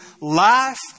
life